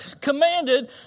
commanded